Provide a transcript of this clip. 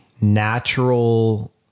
natural